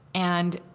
and,